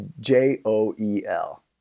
J-O-E-L